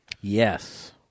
Yes